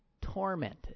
tormented